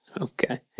Okay